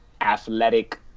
athletic